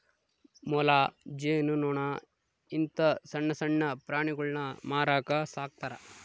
ಮೊಲ, ಜೇನು ನೊಣ ಇಂತ ಸಣ್ಣಣ್ಣ ಪ್ರಾಣಿಗುಳ್ನ ಮಾರಕ ಸಾಕ್ತರಾ